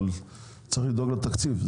אבל צריך לדאוג לתקציב,